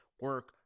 Work